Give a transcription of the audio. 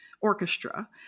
orchestra